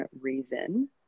reason